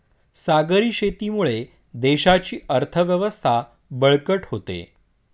सागरी शेतीमुळे देशाची अर्थव्यवस्था बळकट होते